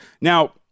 Now